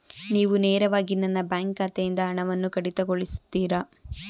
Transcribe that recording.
ನೀವು ನೇರವಾಗಿ ನನ್ನ ಬ್ಯಾಂಕ್ ಖಾತೆಯಿಂದ ಹಣವನ್ನು ಕಡಿತಗೊಳಿಸುತ್ತೀರಾ?